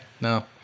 No